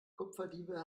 kupferdiebe